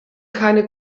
keine